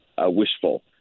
wishful